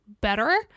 better